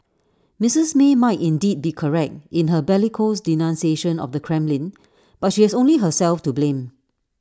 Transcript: Mrs may might indeed be correct in her bellicose denunciation of the Kremlin but she has only herself to blame